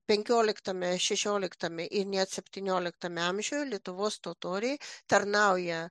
penkioliktame šešioliktame ir net septynioliktame amžiuje lietuvos totoriai tarnauja